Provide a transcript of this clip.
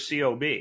COB